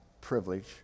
privilege